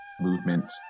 movement